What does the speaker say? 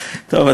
הוועדה.